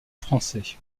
français